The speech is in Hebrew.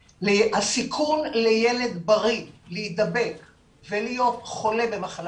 הסיכון לילד בריא להידבק ולהיות חולה במחלה